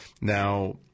Now